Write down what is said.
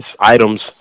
items